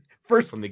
First